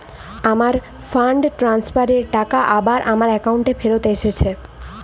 আমার fund transfer এর টাকা আবার আমার একাউন্টে ফেরত এসেছে